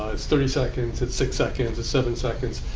ah it's thirty seconds. it's six seconds. it's seven seconds.